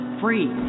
free